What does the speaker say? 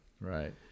Right